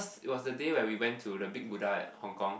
it was the day where we went to the big Buddha at Hong Kong